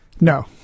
No